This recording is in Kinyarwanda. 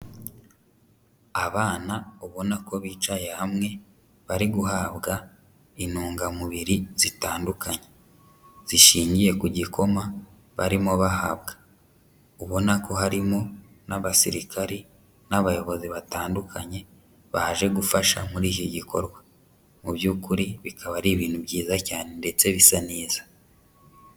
Abana ubona ko bicaye hamwe, bari guhabwa intungamubiri zitandukanye zishingiye ku gikoma barimo bahabwa, ubona ko harimo n'abasirikari n'abayobozi batandukanye baje gufasha muri iki gikorwa. Mu by'ukuri bikaba ari ibintu byiza cyane ndetse bisa neza.